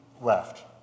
left